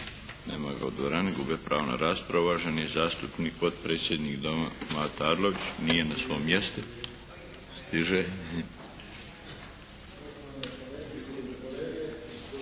Nema ga u dvorani. Gube pravo na rasparvu. Uvaženi zastupnik potpredsjednik Doma Mato Arlović. Nije na svom mjestu? Stiže?